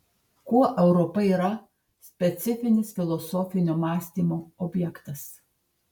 kuo europa yra specifinis filosofinio mąstymo objektas